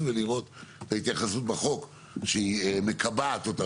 ולראות את ההתייחסות בחוק שהיא מקבעת אותה.